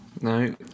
No